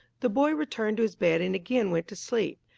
the boy returned to his bed and again went to sleep.